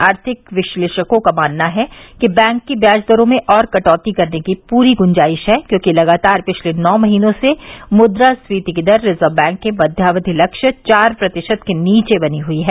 आर्थिक विश्लेषकों का मानना है कि बैंक की ब्याज दरों में और कटौती करने की पूरी गुजाइश है क्योंकि लगातार पिछले नौ महीनों से मुद्रास्फीति की दर रिजर्व बैंक के मध्यावधि लक्ष्य चार प्रतिशत के नीचे बनी हई है